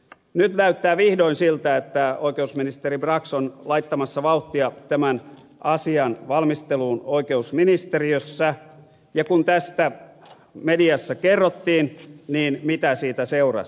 nyt näyttää vihdoin siltä että oikeusministeri brax on laittamassa vauhtia tämän asian valmisteluun oikeusministeriössä ja kun tästä mediassa kerrottiin niin mitä siitä seurasi